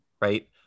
right